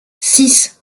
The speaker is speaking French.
six